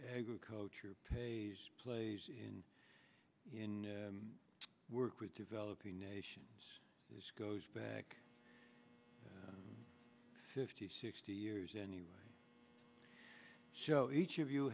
agriculture pays plays in work with developing nations this goes back fifty sixty years anyway show each of you